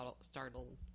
startled